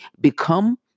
become